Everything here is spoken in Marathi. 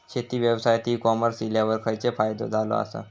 शेती व्यवसायात ई कॉमर्स इल्यावर खयचो फायदो झालो आसा?